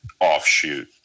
offshoot